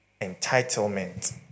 entitlement